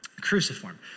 cruciform